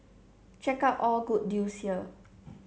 check out all good deals here